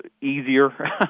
easier